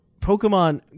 pokemon